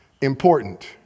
important